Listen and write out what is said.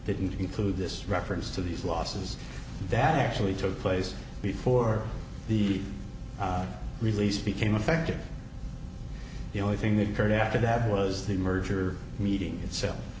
didn't include this reference to these losses that actually took place before the release became affected the only thing that occurred after that was the merger meeting itself